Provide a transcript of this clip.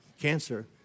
cancer